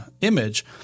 image